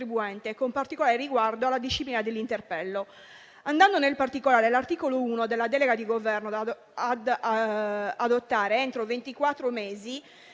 con particolare riguardo alla disciplina dell'interpello. Andando nel particolare, l'articolo 1 delega il Governo ad adottare, entro